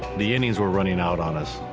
the innings were running out on us.